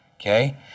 okay